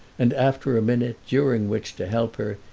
and after a minute during which, to help her,